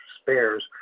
spares